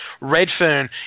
Redfern